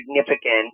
significant